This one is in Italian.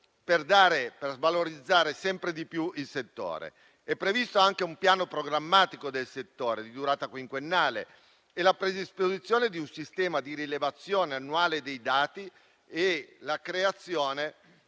per valorizzare sempre di più il settore. Sono previsti anche un piano programmatico del settore di durata quinquennale, la predisposizione di un sistema di rilevazione annuale dei dati e la creazione